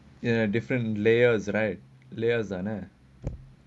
ya different lawyers right lawyers ah